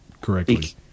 correctly